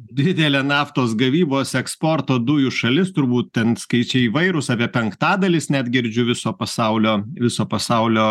didelė naftos gavybos eksporto dujų šalis turbūt ten skaičiai įvairūs apie penktadalis net girdžiu viso pasaulio viso pasaulio